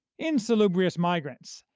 insalubrious migrants,